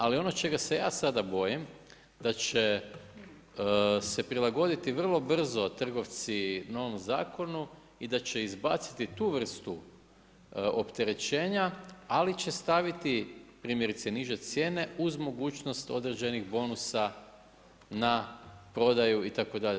Ali ono čega se ja sada bojim, da će se prilagoditi vrlo brzo trgovci novom zakonu i da će izbaciti tu vrstu opterećenja ali će staviti primjerice niže cijene uz mogućnost određenih bonusa na prodaju itd.